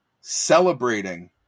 celebrating